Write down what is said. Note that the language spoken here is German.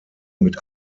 mit